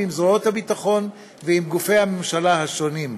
עם זרועות הביטחון ועם גופי הממשלה השונים.